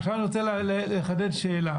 עכשיו אני רוצה לחדד שאלה.